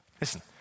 Listen